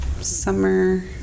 Summer